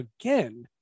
again